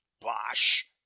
Bosh